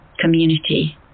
community